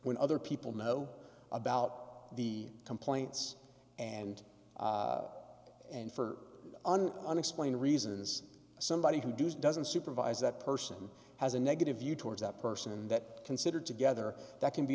when other people know about the complaints and and for an unexplained reason as somebody who doesn't supervise that person has a negative view towards that person and that considered together that can be